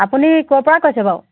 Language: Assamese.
আপুনি ক'ৰ পৰা কৈছে বাৰু